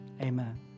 Amen